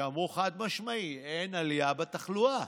שאמרו חד-משמעית: אין עלייה בתחלואה.